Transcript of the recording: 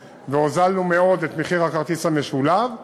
והורדנו מאוד את מחיר הכרטיס המשולב.